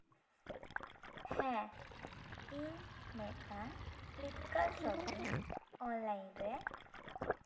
ᱦᱮᱸ ᱤᱧ ᱢᱤᱫᱴᱟᱝ ᱯᱷᱤᱞᱤᱯᱠᱟᱨᱴ ᱥᱚᱯᱤᱝ ᱚᱱᱞᱟᱭᱤᱱ ᱨᱮ